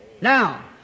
Now